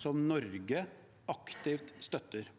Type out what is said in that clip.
som Norge aktivt støtter.